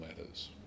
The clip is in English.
matters